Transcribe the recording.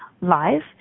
live